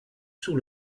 sur